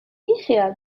بیخیال